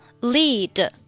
lead